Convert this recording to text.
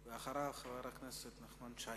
אחריו, חבר הכנסת נחמן שי.